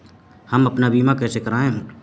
हम अपना बीमा कैसे कराए?